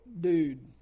dude